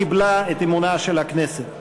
קיבלה את אמונה של הכנסת.